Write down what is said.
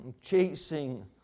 Chasing